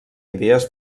idees